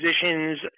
positions